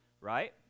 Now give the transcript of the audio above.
right